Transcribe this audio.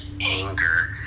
anger